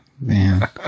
Man